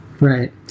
Right